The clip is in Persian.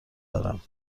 دارم